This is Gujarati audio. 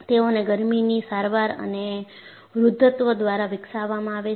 તેઓને ગરમીની સારવાર અને વૃદ્ધત્વ દ્વારા વિકસાવવામાં આવે છે